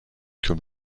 comme